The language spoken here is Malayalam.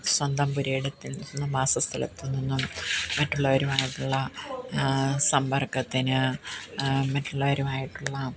സ്വന്തം പുരയിടത്തിൽ നിന്നും വാസ സ്ഥലത്തു നിന്നും മറ്റുള്ളവരുമായിട്ടുള്ള സമ്പർക്കത്തിന് മറ്റുള്ളവരുമായിട്ടുള്ള